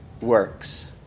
works